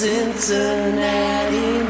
Cincinnati